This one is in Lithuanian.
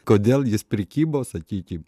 kodėl jis prikibo sakykim